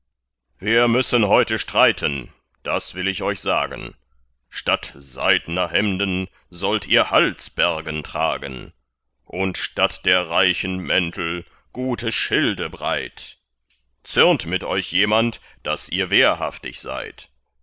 wir müssen heute streiten das will ich euch sagen statt seidner hemden sollt ihr halsbergen tragen und statt der reichen mäntel gute schilde breit zürnt mit euch jemand daß ihr wehrhaftig seid